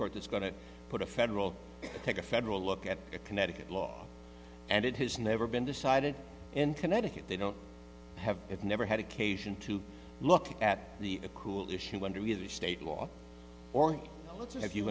court that's going to put a federal take a federal look at a connecticut law and it has never been decided in connecticut they don't have it never had occasion to look at the cool issue under either state law or